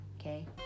okay